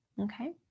Okay